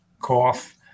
cough